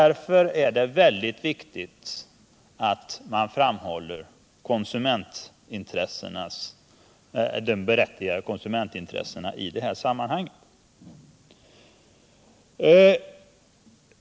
Därför är det väldigt viktigt att man framhåller de berättigade konsumentintressena i det här sammanhanget.